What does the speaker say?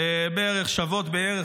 שוות בערך,